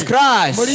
Christ